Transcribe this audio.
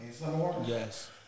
Yes